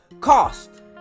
cost